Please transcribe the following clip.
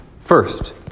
First